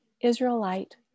Israelite